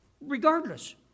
regardless